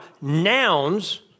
nouns